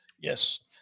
Yes